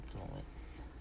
influence